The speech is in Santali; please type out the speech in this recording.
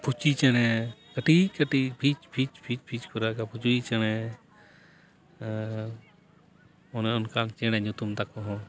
ᱯᱷᱩᱪᱤ ᱪᱮᱬᱮ ᱠᱟᱹᱴᱤᱡᱼᱠᱟᱹᱴᱤᱪᱡᱯᱷᱤᱪ ᱯᱷᱤᱪ ᱠᱚ ᱨᱟᱜᱟ ᱪᱮᱬᱮ ᱟᱨ ᱚᱱᱮ ᱚᱱᱠᱟ ᱪᱮᱬᱮ ᱧᱩᱛᱩᱢ ᱛᱟᱠᱚ ᱦᱚᱸ